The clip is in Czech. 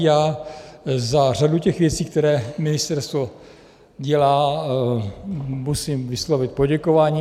Já za řadu těch věcí, které ministerstvo dělá, musím vyslovit poděkování.